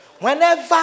Whenever